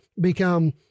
become